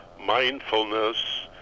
mindfulness